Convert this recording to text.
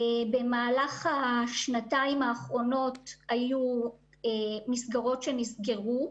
במהלך השנתיים האחרונות היו מסגרות שנסגרו,